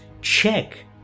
check